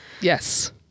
yes